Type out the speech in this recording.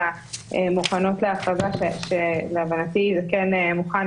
המוכנות להכרזה שלהבנתי זה כן מוכן,